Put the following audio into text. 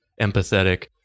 empathetic